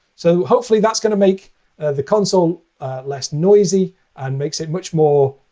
so hopefully that's going to make the console less noisy and makes it much more